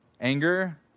anger